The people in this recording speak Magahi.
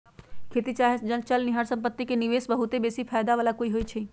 खेत चाहे न चलनिहार संपत्ति में निवेश बहुते बेशी फयदा बला होइ छइ